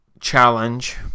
Challenge